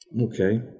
Okay